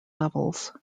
levels